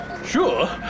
Sure